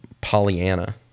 Pollyanna